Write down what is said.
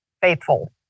faithful